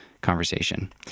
conversation